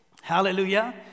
Hallelujah